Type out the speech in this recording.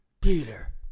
Peter